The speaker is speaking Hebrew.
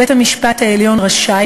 בית-המשפט העליון רשאי,